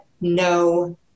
no